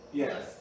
yes